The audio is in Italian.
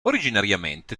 originariamente